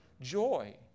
joy